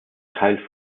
teil